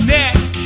neck